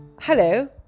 hello